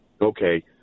Okay